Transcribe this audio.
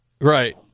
Right